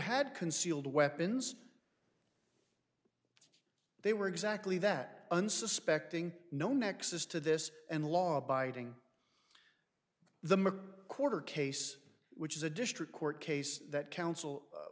had concealed weapons they were exactly that unsuspecting no nexus to this and law abiding the quarter case which is a district court case that counsel